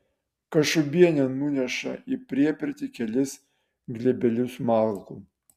kašubienė nuneša į priepirtį kelis glėbelius malkų